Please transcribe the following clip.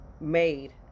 made